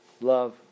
love